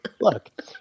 Look